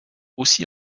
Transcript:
aussi